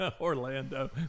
Orlando